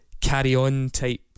carry-on-type